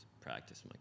practice